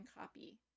copy